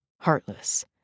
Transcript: heartless